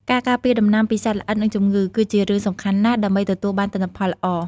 ការការពារដំណាំពីសត្វល្អិត និងជំងឺ គឺជារឿងសំខាន់ណាស់ដើម្បីទទួលបានទិន្នផលល្អ។